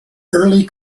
early